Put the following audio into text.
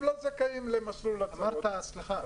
הם לא זכאים למסלול --- סליחה,